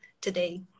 today